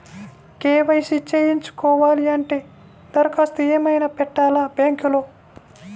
KYC చేయించుకోవాలి అంటే దరఖాస్తు ఏమయినా పెట్టాలా బ్యాంకులో?